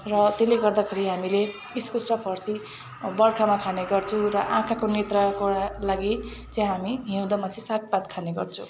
र त्यसले गर्दाखेरि हामीले इस्कुस र फर्सी बर्खामा खाने गर्छौँ र आँखाको नेत्रको लागि चाहिँ हामी हिउँदोमा सागपात खाने गर्छौँ